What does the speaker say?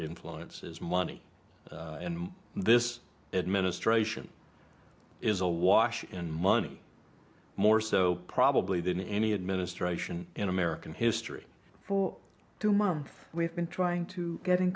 influence is money in this administration is awash in money more so probably than any administration in american history for two months we've been trying to get in